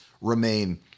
remain